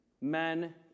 men